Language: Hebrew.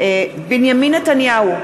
בהצבעה בנימין נתניהו,